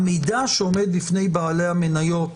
המידע שעומד בפני בעלי המניות